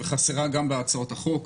וחסרה גם בהצעות החוק,